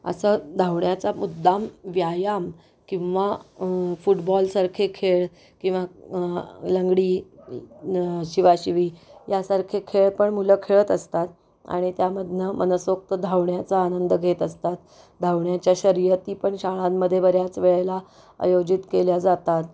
असं धावण्याचा मुद्दाम व्यायाम किंवा फुटबॉलसारखे खेळ किंवा लंगडी शिवाशिवी यासारखे खेळ पण मुलं खेळत असतात आणि त्यामधून मनसोक्त धावण्याचा आनंद घेत असतात धावण्याच्या शर्यती पण शाळांमध्ये बऱ्याच वेळेला आयोजित केल्या जातात